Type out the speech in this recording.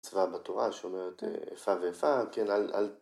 ‫מצווה בתורה שאומרת איפה ואיפה, ‫כן, אל...